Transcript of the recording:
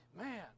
man